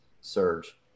surge